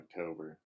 October